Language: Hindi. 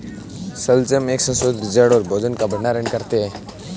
शलजम एक संशोधित जड़ है और भोजन का भंडारण करता है